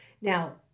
Now